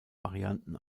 varianten